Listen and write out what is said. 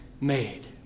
made